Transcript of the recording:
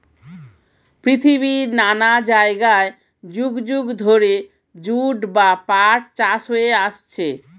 পৃথিবীর নানা জায়গায় যুগ যুগ ধরে জুট বা পাট চাষ হয়ে আসছে